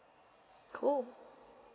cool